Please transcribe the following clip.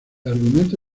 argumento